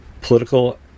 political